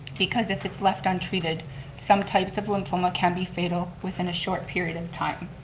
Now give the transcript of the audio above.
because if it's left untreated some types of lymphoma can be fatal within a short period of time.